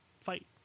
fight